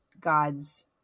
god's